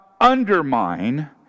undermine